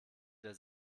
der